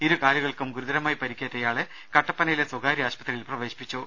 ഇരുകാലുകൾക്കും ഗുരു തരമായി പരിക്കേറ്റ ഇയാളെ കട്ടപ്പനയിലെ സ്വകാര്യ ആശുപത്രിയിൽ പ്രവേശിപ്പിച്ചു